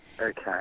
Okay